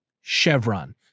chevron